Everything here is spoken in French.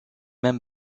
même